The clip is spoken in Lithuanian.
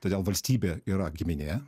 todėl valstybė yra giminė